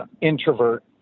introvert